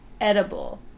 edible